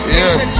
yes